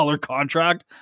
contract